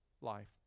life